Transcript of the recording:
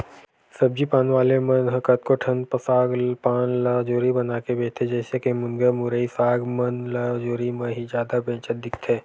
सब्जी पान वाले मन ह कतको ठन साग पान ल जुरी बनाके बेंचथे, जइसे के मुनगा, मुरई, साग मन ल जुरी म ही जादा बेंचत दिखथे